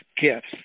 gifts